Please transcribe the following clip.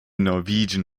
norwegian